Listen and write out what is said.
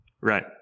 Right